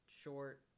short